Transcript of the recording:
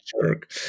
jerk